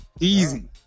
Easy